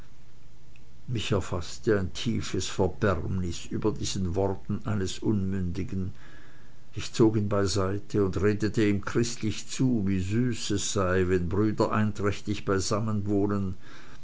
mich erfaßte ein tiefes verbärmnis über diesen worten eines unmündigen ich zog ihn beiseite und redete ihm christlich zu wie süß es sei wenn brüder einträchtig beisammen